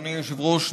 אדוני היושב-ראש,